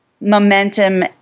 momentum